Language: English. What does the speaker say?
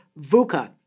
VUCA